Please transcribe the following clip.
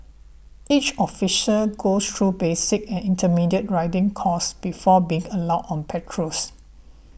each officer goes through basic and intermediate riding courses before being allowed on patrols